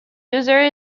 user